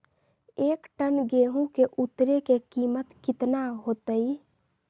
एक टन गेंहू के उतरे के कीमत कितना होतई?